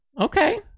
Okay